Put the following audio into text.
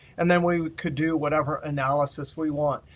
and then we could do whatever analysis we want.